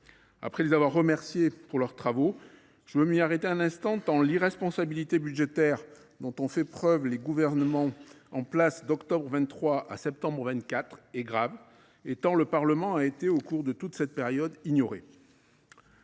Après avoir remercié nos collègues pour leurs travaux, je veux m’y arrêter un instant, tant l’irresponsabilité budgétaire dont ont fait preuve les gouvernements en place d’octobre 2023 à septembre 2024 est grave, et tant le Parlement a été ignoré au cours de toute cette période.